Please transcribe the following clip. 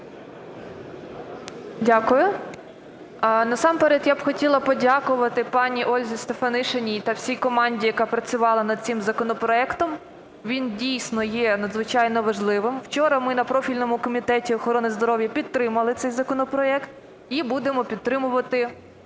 Дякую. Насамперед, я б хотіла подякувати пані Ользі Стефанишиній та всій команді, яка працювала над цим законопроектом, він дійсно є надзвичайно важливим. Вчора ми на профільному комітеті охорони здоров'я підтримали цей законопроект і будемо підтримувати